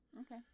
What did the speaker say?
Okay